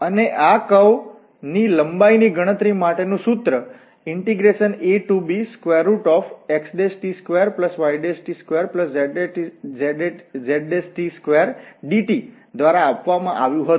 અને આ કર્વ વળાંક ની લંબાઈની ગણતરી માટેનું સૂત્ર abxt2yt2zt2dt દ્વારાઆપવામાં આવ્યું હતું